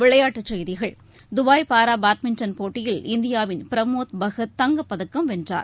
விளையாட்டுச் செய்திகள் Dubai para badminton போட்டியில் இந்தியாவின் பிரமோத் பகத் தங்கப்பதக்கம் வென்றார்